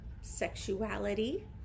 sexuality